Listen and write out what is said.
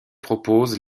propose